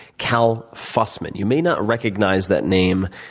cal fussman. you may not recognize that name,